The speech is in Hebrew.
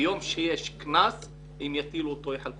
ביום שיש קנס הם יטילו אותו על העובדים.